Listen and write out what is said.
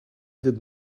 did